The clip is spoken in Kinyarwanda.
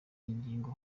ngingo